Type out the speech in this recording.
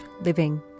living